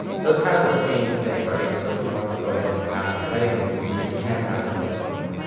so that's kinda kind of the same thing, right. so if you want to go ahead and have the heading removed, you can have the heading removed.